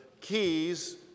keys